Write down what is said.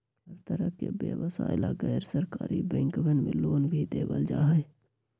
हर तरह के व्यवसाय ला गैर सरकारी बैंकवन मे लोन भी देवल जाहई